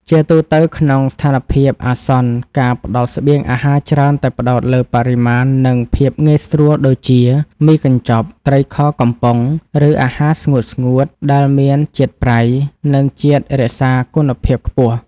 ជាទូទៅ ក្នុងស្ថានភាពអាសន្ន ការផ្តល់ស្បៀងអាហារច្រើនតែផ្តោតលើបរិមាណ និងភាពងាយស្រួលដូចជា មីកញ្ចប់ ត្រីខកំប៉ុង ឬអាហារស្ងួតៗ ដែលមានជាតិប្រៃ និងជាតិរក្សាគុណភាពខ្ពស់។